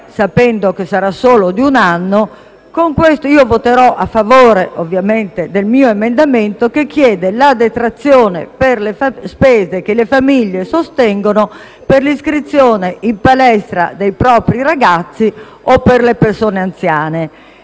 sapendo che sarà solo di un anno, voterò a favore del mio emendamento, che chiede la detrazione per le spese che le famiglie sostengono per l'iscrizione in palestra dei propri ragazzi o per le persone anziane.